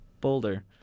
boulder